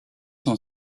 son